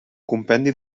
compendi